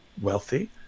wealthy